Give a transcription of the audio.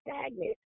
stagnant